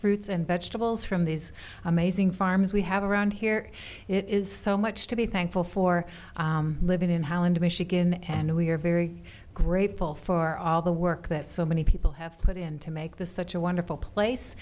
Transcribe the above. fruits and vegetables from these amazing farms we have around here it is so much to be thankful for living in holland michigan and we're very grateful for all the work that so many people have put in to make this such a wonderful place